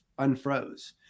unfroze